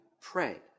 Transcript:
pray